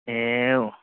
ए